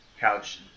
couch